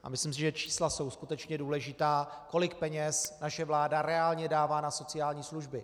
A myslím si, že čísla jsou skutečně důležitá, kolik peněz naše vláda reálně dává na sociální služby.